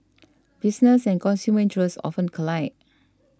business and consumer interests often collide